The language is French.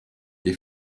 les